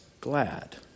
glad